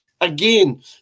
again